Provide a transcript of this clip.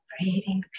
Breathing